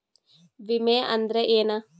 ವಿಮೆ ಅಂದ್ರೆ ಏನ?